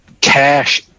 cash